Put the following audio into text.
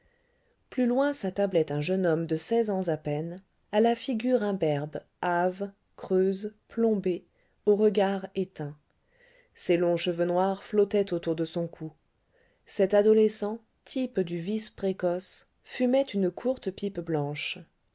plus loin s'attablait un jeune homme de seize ans à peine à la figure imberbe hâve creuse plombée au regard éteint ses longs cheveux noirs flottaient autour de son cou cet adolescent type du vice précoce fumait une courte pipe blanche